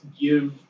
give